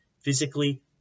physically